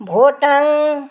भोटाङ